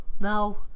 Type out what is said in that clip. No